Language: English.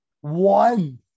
one